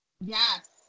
Yes